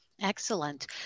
excellent